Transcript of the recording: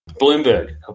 Bloomberg